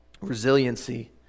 resiliency